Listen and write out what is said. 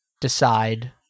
decide